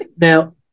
Now